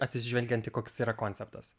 atsižvelgiant į koks yra konceptas